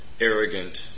arrogant